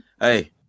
Hey